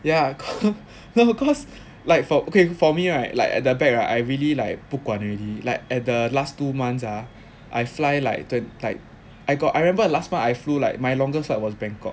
ya no cause like for okay for me right like at the back right I really like 不管 already like at the last two months ah I fly like the type I got I remember last month I flew like my longest flight was bangkok